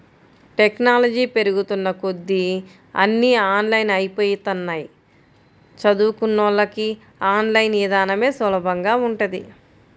technology పెరుగుతున్న కొద్దీ అన్నీ ఆన్లైన్ అయ్యిపోతన్నయ్, చదువుకున్నోళ్ళకి ఆన్ లైన్ ఇదానమే సులభంగా ఉంటది